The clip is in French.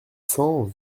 cent